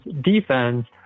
defense